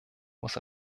muss